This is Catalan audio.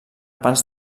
pans